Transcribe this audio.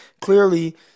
clearly